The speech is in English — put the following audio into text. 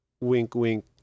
wink-wink